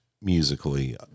musically